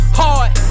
hard